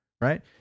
right